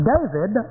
David